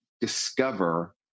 discover